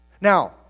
Now